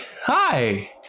Hi